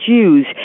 Jews